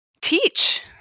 teach